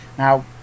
Now